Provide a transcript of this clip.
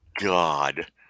God